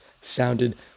sounded